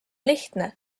lihtne